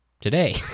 today